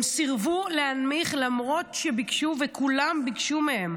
הם סירבו להנמיך למרות שביקשו, כולם ביקשו מהם.